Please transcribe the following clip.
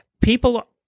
people